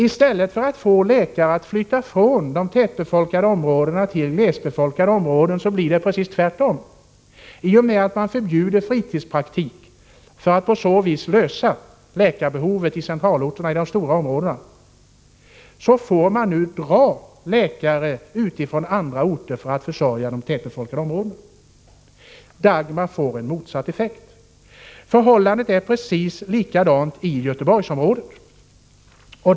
I stället för att få läkare att flytta från de tättbefolkade områdena till glesbefolkade områden blir det precis tvärtom. Om man förbjuder fritidspraktik måste man täcka läkarbehovet i centralorterna genom att dra läkare från andra orter till de tättbefolkade områdena. Förhållandet är likadant i Göteborgsområdet.